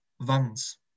vans